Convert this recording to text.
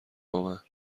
بامن